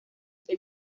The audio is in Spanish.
que